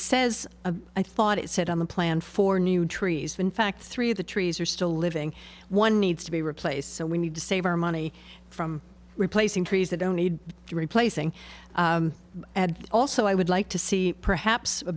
says i thought it said on the plan for new trees in fact three of the trees are still living one needs to be replaced so we need to save our money from replacing trees that don't need replacing add also i would like to see perhaps a